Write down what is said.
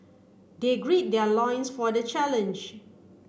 they greed their loins for the challenge